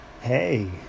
Hey